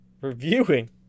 reviewing